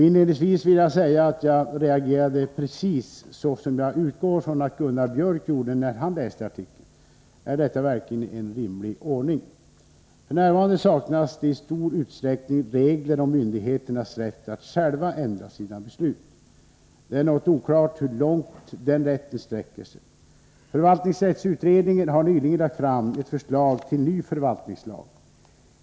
Inledningsvis vill jag säga att jag reagerade precis så som jag utgår från att Gunnar Biörck gjorde när han läste artikeln: Är detta verkligen en rimlig ordning? F.n. saknas det i stor utsträckning regler om myndigheternas rätt att själva ändra sina beslut. Det är något oklart hur långt den rätten sträcker sig. Förvaltningsrättsutredningen har nyligen lagt fram ett förslag till ny förvaltningslag.